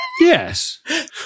Yes